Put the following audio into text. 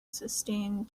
sustained